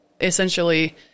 essentially